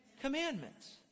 commandments